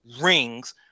rings